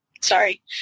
sorry